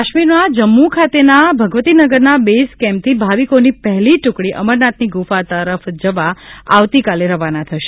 કાશ્મીરના જમ્મુ ખાતેના ભગવતીનગરના બેઇઝ કેમ્પથી ભાવિકોની પહેલી ટુકડી અમરનાથની ગુફા તરફ જવા આવતીકાલે રવાના થશે